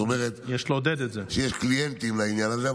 זאת אומרת שיש קליינטים לעניין הזה.